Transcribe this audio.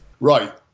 Right